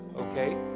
okay